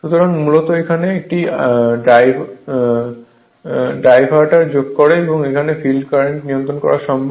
সুতরাং মূলত এখানে একটি ডাইভার্টার যোগ করে এই ফিল্ডের কারেন্ট নিয়ন্ত্রণ করা সম্ভব